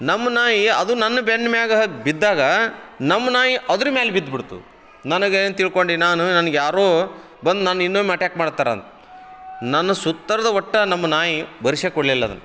ನಮ್ಮ ನಾಯಿ ಅದು ನನ್ನ ಬೆನ್ನು ಮ್ಯಾಗ ಬಿದ್ದಾಗ ನಮ್ಮ ನಾಯಿ ಅದ್ರ ಮ್ಯಾಲೆ ಬಿದ್ಬಿಡ್ತು ನನಗೇನು ತಿಳ್ಕೊಂಡಿ ನಾನು ನನ್ಗೆ ಯಾರೋ ಬಂದು ನನ್ನ ಇನ್ನೊಮ್ಮೆ ಅಟ್ಯಾಕ್ ಮಾಡ್ತಾರಂತ ನನ್ನ ಸುತ್ತರ್ದ ಒಟ್ಟ ನಮ್ಮ ನಾಯಿ ಬರ್ಸ್ಯಾಕೆ ಕೊಡಲಿಲ್ಲ ಅದನ್ನ